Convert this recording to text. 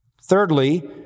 Thirdly